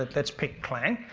ah let's pick clang.